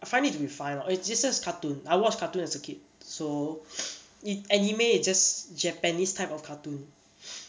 I find it to be fine lor it's ju~ just cartoon I watch cartoon as a kid so an~ anime is just japanese type of cartoon